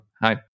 Hi